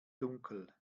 dunkel